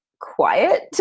quiet